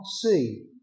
see